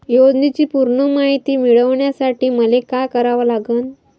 योजनेची पूर्ण मायती मिळवासाठी मले का करावं लागन?